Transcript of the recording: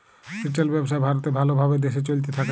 retail ব্যবসা ভারতে ভাল ভাবে দেশে চলতে থাক্যে